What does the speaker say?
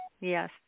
Yes